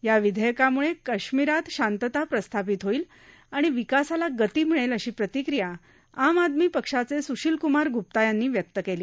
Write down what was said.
या विधेयकाम्ळे काश्मिरात शांतता प्रस्थापित होईल आणि विकासाला गती मिळेल अशी प्रतिक्रिया आम आदमी पक्षाचे सुशील कुमार गुप्ता यांनी व्यक्त केली